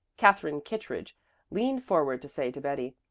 katherine kittredge leaned forward to say to betty,